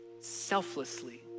selflessly